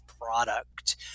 product